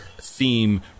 theme